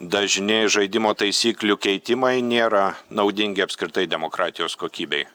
dažni žaidimo taisyklių keitimai nėra naudingi apskritai demokratijos kokybei